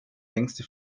längste